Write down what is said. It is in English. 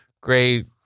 Great